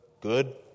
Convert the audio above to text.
good